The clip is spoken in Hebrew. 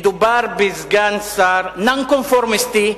מדובר בסגן שר נון-קונפורמיסטי,